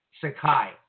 Sakai